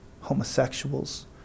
homosexuals